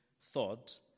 thought